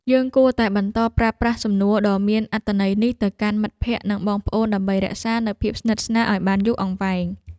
យើងគួរតែបន្តប្រើប្រាស់សំណួរដ៏មានអត្ថន័យនេះទៅកាន់មិត្តភក្តិនិងបងប្អូនដើម្បីរក្សានូវភាពស្និទ្ធស្នាលឱ្យបានយូរអង្វែង។